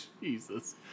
Jesus